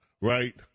right